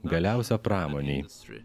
galiausia pramonei